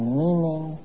meaning